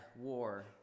war